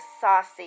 saucy